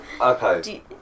okay